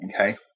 Okay